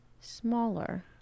smaller